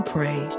Pray